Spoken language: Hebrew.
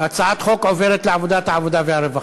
הצעת החוק עוברת לוועדת העבודה והרווחה.